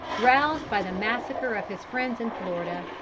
roused by the massacre of his friends in florida,